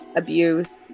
abuse